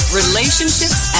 relationships